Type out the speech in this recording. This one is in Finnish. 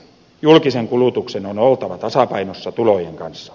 julkisen kulutuksen on oltava tasapainossa tulojen kanssa